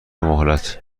مهلت